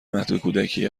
مهدکودکی